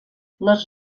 les